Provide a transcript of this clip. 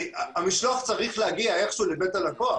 המשלוח צריך להגיע איכשהו לבית הלקוח.